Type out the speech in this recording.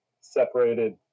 separated